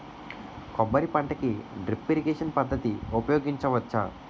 కొబ్బరి పంట కి డ్రిప్ ఇరిగేషన్ పద్ధతి ఉపయగించవచ్చా?